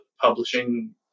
publishing